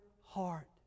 heart